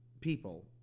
people